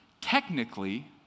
technically